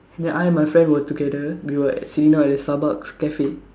then I and my friend were together we were sitting down at Starbucks Cafe